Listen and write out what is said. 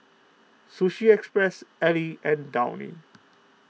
Sushi Express Elle and Downy